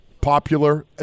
popular